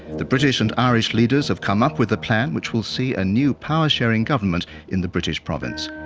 the british and irish leaders have come up with a plan which will see a new power-sharing government in the british province.